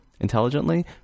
intelligently